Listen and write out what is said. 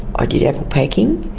i did apple packing,